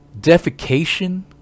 Defecation